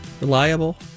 Reliable